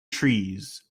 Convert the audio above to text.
trees